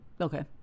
Okay